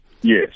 yes